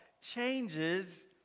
changes